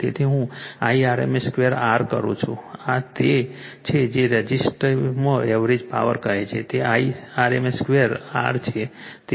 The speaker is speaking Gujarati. તેથી હું Irms 2 R કરું છું આ તે છે કે રઝિસ્ટરમાં એવરેજ પાવર કહે છે જે Irms 2 R છે